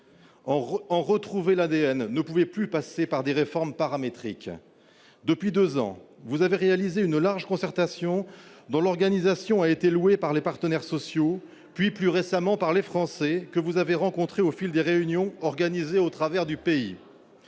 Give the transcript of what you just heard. En retrouver l'ADN ne pouvait plus passer par des réformes paramétriques. Monsieur le haut-commissaire, depuis deux ans, vous avez réalisé une large concertation, dont l'organisation a été louée par les partenaires sociaux, puis plus récemment par les Français que vous avez rencontrés au fil des réunions organisées dans l'ensemble du pays.